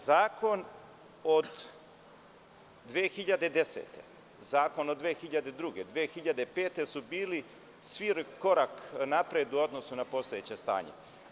Zakon od 2010, zakon od 2002, 2005. godine su bili svi korak napred u odnosu na postojeće stanje.